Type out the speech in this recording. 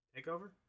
TakeOver